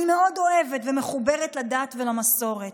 אני מאוד אוהבת, מחוברת לדת ולמסורת,